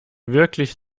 wirklich